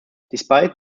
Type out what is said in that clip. despite